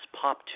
pop